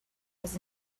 was